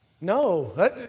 No